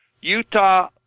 Utah